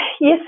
yes